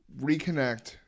reconnect